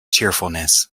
cheerfulness